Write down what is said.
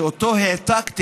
שאותו העתקתי,